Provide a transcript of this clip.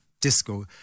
disco